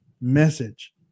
message